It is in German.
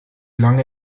lange